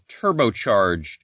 turbocharged